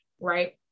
right